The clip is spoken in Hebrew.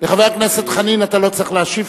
לחבר הכנסת חנין אתה לא צריך להשיב,